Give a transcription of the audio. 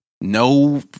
no